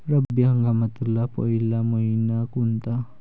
रब्बी हंगामातला पयला मइना कोनता?